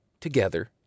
together